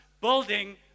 building